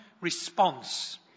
response